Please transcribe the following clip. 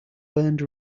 burned